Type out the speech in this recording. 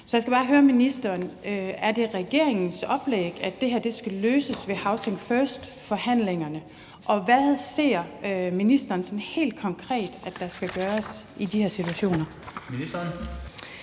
Så jeg skal bare høre ministeren: Er det regeringens oplæg, at det her skal løses med housing first-forhandlingerne? Og hvad ser ministeren sådan helt konkret der skal gøres i de her situationer?